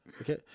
Okay